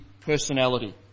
personality